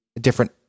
different